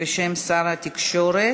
בשם שר התקשורת,